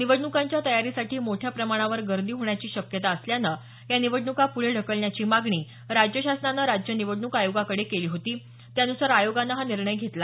निवडणुकांच्या तयारीसाठी मोठ्या प्रमाणावर गर्दी होण्याची शक्यता असल्यानं या निवडणुका पुढे ढकलण्याची मागणी राज्य शासनानं राज्य निवडणुक आयोगाकडे केली होती त्यान्सार आयोगानं हा निर्णय घेतला